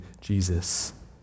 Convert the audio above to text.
Jesus